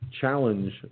challenge